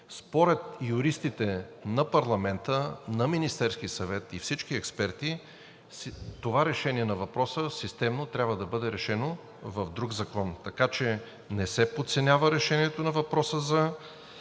според юристите на парламента, на Министерския съвет и всички експерти това решение на въпроса системно трябва да бъде решено в друг закон. Така че не се подценява решението на въпроса за